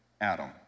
Adam